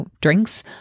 drinks